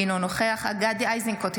אינו נוכח גדי איזנקוט,